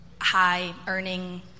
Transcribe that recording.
high-earning